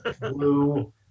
blue